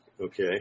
okay